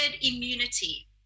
immunity